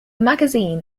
magazine